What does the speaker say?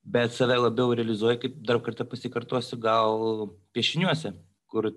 bet save labiau realizuoju kaip dar kartą pasikartosiu gal piešiniuose kur